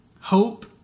Hope